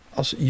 als